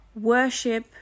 Worship